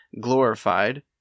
glorified